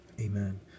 Amen